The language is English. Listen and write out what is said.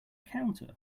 counter